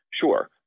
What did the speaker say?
Sure